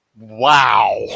Wow